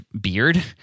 beard